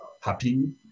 happy